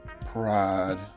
pride